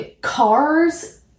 cars